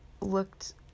looked